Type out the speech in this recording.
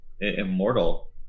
Immortal